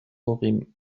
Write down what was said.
urim